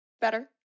Better